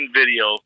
video